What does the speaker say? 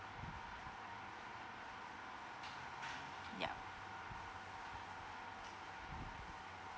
yup